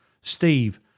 Steve